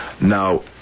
Now